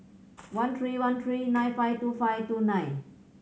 one three one three nine five two five two nine